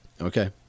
Okay